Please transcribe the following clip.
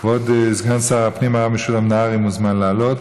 כבוד סגן שר הפנים הרב משולם נהרי מוזמן לעלות